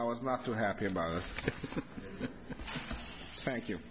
was not too happy about it thank you